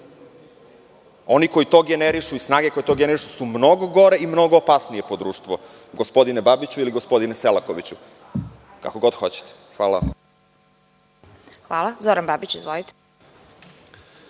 Oni koji to generišu i snage koje to generišu su mnogo gore i opasnije po društvo, gospodine Babiću ili gospodine Selakoviću, kako god hoćete. Hvala vam. **Vesna Kovač**